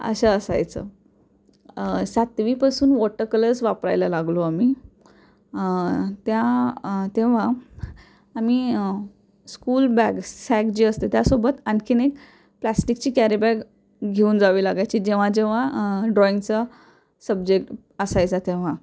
असं असायचं सातवीपासून वॉटर कलर्स वापरायला लागलो आम्ही त्या तेव्हा आम्ही स्कूल बॅग् सॅग जे असते त्यासोबत आणखीन एक प्लास्टिकची कॅरीबॅग घेऊन जावे लागायची जेव्हा जेव्हा ड्रॉईंगचा सब्जेक्ट असायचा तेव्हा